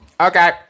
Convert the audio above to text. okay